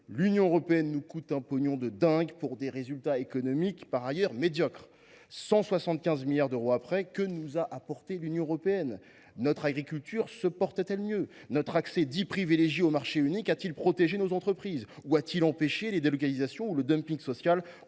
L’Union européenne nous coûte « un pognon de dingue » pour des résultats économiques par ailleurs médiocres ! Après 175 milliards d’euros, que nous a apporté l’Union européenne ? Notre agriculture se porte t elle mieux ? Notre accès, dit privilégié, au marché unique a t il protégé nos entreprises ? A t il empêché les délocalisations ou le dumping social